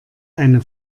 eine